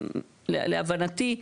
להבנתי,